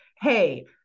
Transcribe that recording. hey